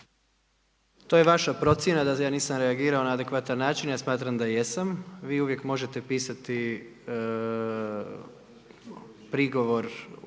To je vaša procjena da ja nisam reagirao na adekvatan način, ja smatram da jesam. Vi uvijek možete pisati prigovor